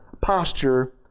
posture